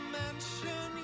mention